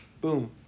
Boom